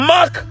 Mark